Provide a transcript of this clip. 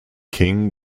king